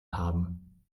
haben